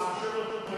מסוימים (תיקון,